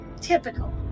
Typical